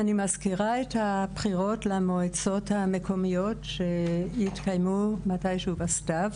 אני מזכירה את הבחירות למועצות המקומיות שיתקיימו מתי שהוא בסתיו.